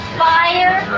fire